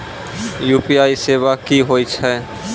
UPI सेवा की होय छै?